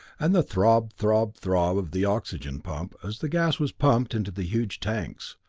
and the throb-throb-throb of the oxygen pump, as the gas was pumped into the huge tanks.